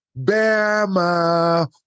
Bama